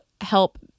help